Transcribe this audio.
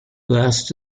lasts